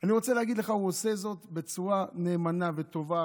אני רוצה להגיד לך שהוא עושה זאת בצורה נאמנה וטובה,